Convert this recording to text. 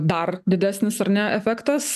dar didesnis ar ne efektas